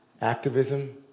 activism